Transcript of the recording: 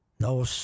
No